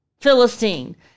Philistine